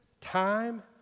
time